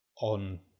on